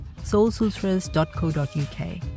soulsutras.co.uk